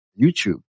YouTube